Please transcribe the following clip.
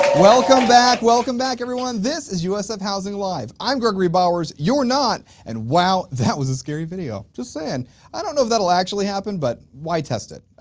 welcome back, welcome back everyone, this is usf housing live i'm gregory bowers, and you're not, and wow! that was a scary video just saying i don't know if that'll actually happen, but, why test it?